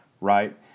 Right